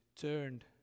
turned